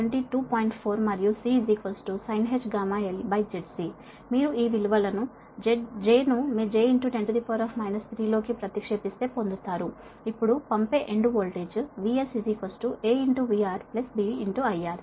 4 మరియు C sinh γl ZC మీరు ఈ విలువలను j ను మీ j 10 3 లోకి ప్రతిక్షేపిస్తే పొందుతారు ఇప్పుడు పంపే end voltage VS AVR B IR